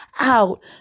out